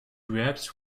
reacts